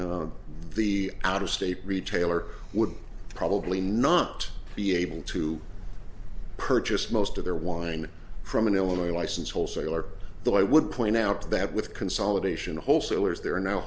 written the out of state retailer would probably not be able to purchase most of their wine from an illinois license wholesaler but i would point out that with consolidation wholesalers there